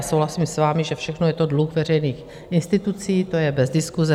Souhlasím s vámi, že všechno je to dluh veřejných institucí, to je bez diskuse.